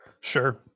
Sure